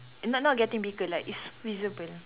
not not getting bigger like it's squeezable